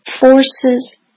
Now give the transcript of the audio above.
forces